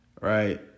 right